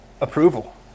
approval